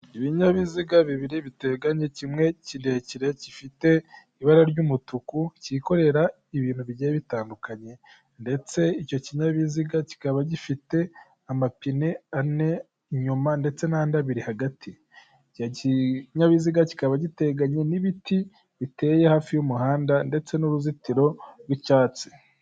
Ibinyabiziga bibiri biteganye kimwe kirekire gifite ibara ry'umutuku cyikorera ibintu bigiye bitandukanye. Ndetse icyo kinyabiziga kikaba gifite amapine ane inyuma ndetse n'andi abiri hagati. Icyo kinyabiziga kikaba giteganye n'ibiti biteye hafi y'umuhanda ndetse n'uruzitiro rw'icyatsi.